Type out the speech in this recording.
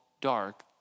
dark